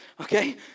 okay